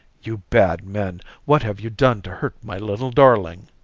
you bad men, what have you done to hurt my little darling?